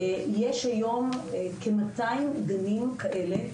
יש היום כ-200 גנים כאלה.